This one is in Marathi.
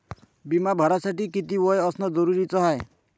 बिमा भरासाठी किती वय असनं जरुरीच हाय?